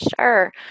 Sure